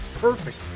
perfect